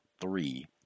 three